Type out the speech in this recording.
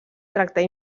tractar